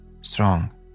strong